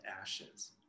ashes